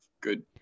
good